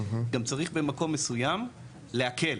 גם צריך במקום מסוים להקל,